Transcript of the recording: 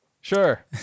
Sure